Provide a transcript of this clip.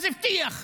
אז הבטיח,